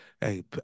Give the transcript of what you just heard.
hey